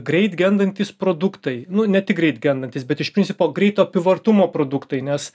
greit gendantys produktai nu ne tik greit gendantys bet iš principo greito apyvartumo produktai nes